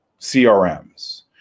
CRMs